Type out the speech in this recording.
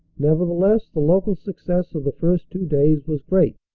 nevertheless the local success of the first two days was great,